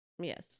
Yes